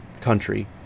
country